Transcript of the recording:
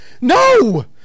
No